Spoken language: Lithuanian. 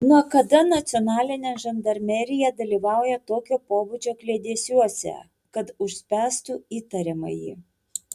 nuo kada nacionalinė žandarmerija dalyvauja tokio pobūdžio kliedesiuose kad užspęstų įtariamąjį